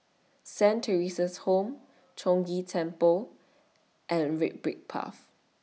Saint Theresa's Home Chong Ghee Temple and Red Brick Path